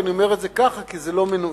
ואני אומר זאת כך כי זה לא מנועי,